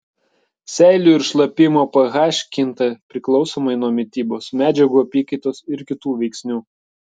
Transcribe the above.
seilių ir šlapimo ph kinta priklausomai nuo mitybos medžiagų apykaitos ir kitų veiksnių